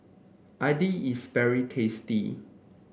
Idili is very tasty